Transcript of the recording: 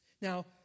Now